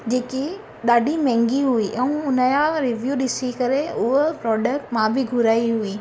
जेकी ॾाढी महांगी हुई ऐं उन जा मां रिव्यू ॾिसी करे उहो प्रोडक्ट मां बि घुराई हुई